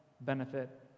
benefit